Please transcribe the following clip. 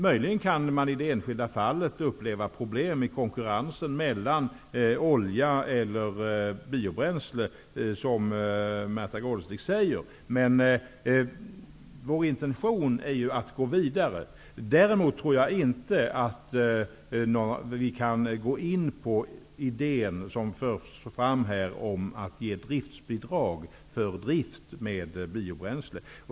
Möjligen kan man i det enskilda fallet uppleva problem i konkurrensen mellan olja och biobränslen, som Märtha Gårdestig nämnde. Vår intention är att gå vidare. Däremot tror jag inte att vi kan gå med på den idé som här förts fram, att ge driftsbidrag för drift med biobränsle.